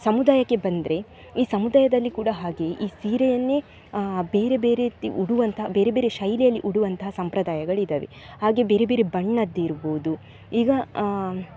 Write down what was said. ಸಮುದಾಯಕ್ಕೆ ಬಂದರೆ ಈ ಸಮುದಾಯದಲ್ಲಿ ಕೂಡ ಹಾಗೆ ಈ ಸೀರೆಯನ್ನೇ ಬೇರೆ ಬೇರೆ ರೀತಿ ಉಡುವಂಥ ಬೇರೆ ಬೇರೆ ಶೈಲಿಯಲ್ಲಿ ಉಡುವಂತಹ ಸಂಪ್ರದಾಯಗಳಿದಾವೆ ಹಾಗೇ ಬೇರೆ ಬೇರೆ ಬಣ್ಣದ್ದಿರ್ಬೋದು ಈಗ